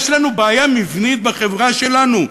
יש לנו בעיה מבנית בחברה שלנו.